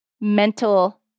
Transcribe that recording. mental